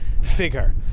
figure